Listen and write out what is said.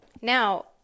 Now